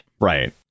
Right